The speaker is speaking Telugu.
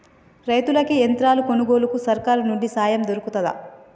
రైతులకి యంత్రాలు కొనుగోలుకు సర్కారు నుండి సాయం దొరుకుతదా?